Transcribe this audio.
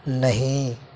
نہیں